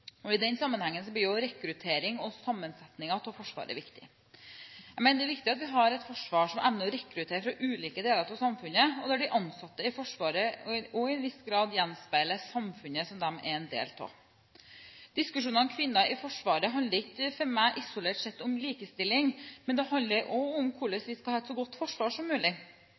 I den sammenhengen blir rekruttering og sammensetningen av Forsvaret viktig. Jeg mener det er viktig at vi har et forsvar som evner å rekruttere fra ulike deler av samfunnet, og at de ansatte i Forsvaret også i en viss grad gjenspeiler det samfunnet som de er en del av. Diskusjonen om kvinner i Forsvaret handler ikke for meg isolert sett om likestilling, men det handler om hvordan vi skal ha et så godt forsvar som mulig.